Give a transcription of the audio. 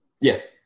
Yes